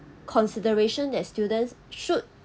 consideration that students should